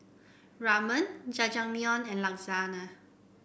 Ramen Jajangmyeon and Lasagne